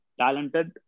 talented